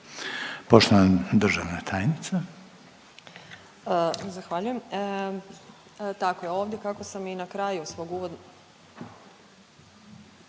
Poštovana državna tajnice